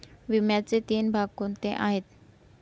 विम्याचे तीन भाग कोणते आहेत?